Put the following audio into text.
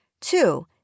Two